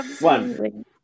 One